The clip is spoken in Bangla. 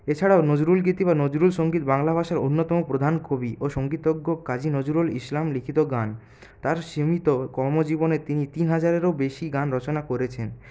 এছাড়াও নজরুলগীতি বা নজরুল সংগীত বাংলা ভাষায় অন্যতম প্রধান কবি ও সংগীতজ্ঞ কাজী নজরুল ইসলাম লিখিত গান তার সীমিত কর্ম জীবনে তিনি তিন হাজারেরও বেশি গান রচনা করেছেন